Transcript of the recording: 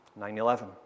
9-11